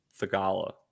Thagala